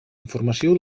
informació